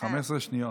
15 שניות.